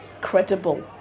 credible